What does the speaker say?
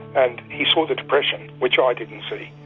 and he saw the depression, which i didn't see.